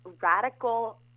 radical